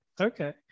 okay